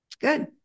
Good